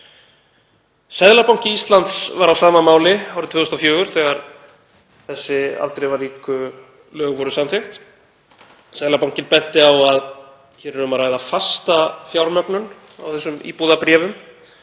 Seðlabanki Íslands var á sama máli árið 2004 þegar þessi afdrifaríku lög voru samþykkt. Seðlabankinn benti á að hér væri um að ræða fasta fjármögnun á þessum íbúðabréfum